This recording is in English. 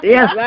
Yes